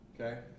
Okay